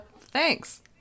thanks